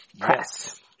Press